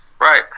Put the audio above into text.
Right